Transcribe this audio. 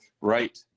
right